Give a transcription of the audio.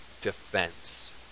defense